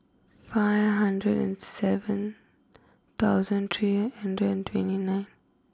five hundred and seven thousand three hundred and twenty nine